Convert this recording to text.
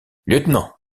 lieutenant